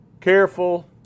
careful